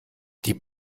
die